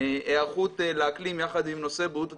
ההיערכות לאקלים יחד עם נושא בריאות הציבור,